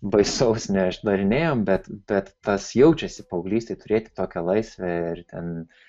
baisaus neišdarinėjom bet bet tas jaučiasi paauglystėje turėti tokią laisvę ir ten